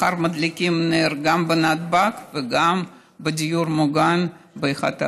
מחר מדליקים נר גם בנתב"ג וגם בדיור מוגן באחת הערים.